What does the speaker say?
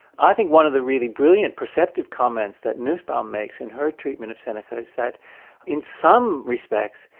i think one of the really brilliant perceptive comments that nussbaum makes in her treatment of seneca, is that in some respects,